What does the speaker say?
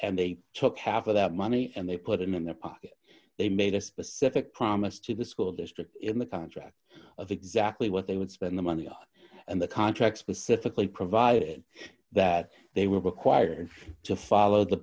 and they took half of that money and they put him in there they made a specific promise to the school district in the contract of exactly what they would spend the money on and the contract specifically provided that they were required to follow the